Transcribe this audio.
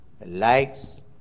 likes